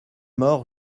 mort